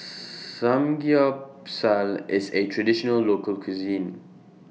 Samgyeopsal IS A Traditional Local Cuisine